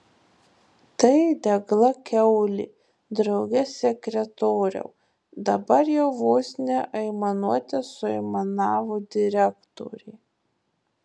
tai degla kiaulė drauge sekretoriau dabar jau vos ne aimanuote suaimanavo direktorė